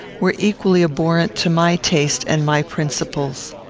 were equally abhorrent to my taste and my principles.